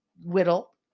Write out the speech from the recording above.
Whittle